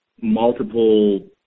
multiple